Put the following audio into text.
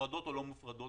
מופרדות או לא מופרדות,